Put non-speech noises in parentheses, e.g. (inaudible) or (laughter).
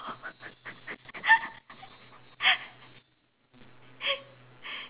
(laughs)